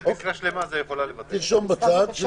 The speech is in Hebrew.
תרשום בצד.